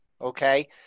Okay